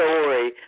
story